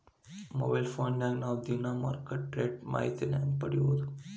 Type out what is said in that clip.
Mobile ಫೋನ್ಯಾಗ ನಾವ್ ದಿನಾ ಮಾರುಕಟ್ಟೆ ರೇಟ್ ಮಾಹಿತಿನ ಹೆಂಗ್ ಪಡಿಬೋದು?